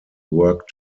work